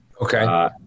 Okay